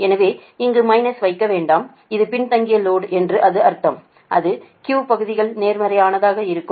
எனவே இங்கு மைனஸ் வைக்க வேண்டாம் அது பின்தங்கிய லோடு என்று அர்த்தம் அது Q பகுதிகள் நேர்மறையானதாக இருக்கும்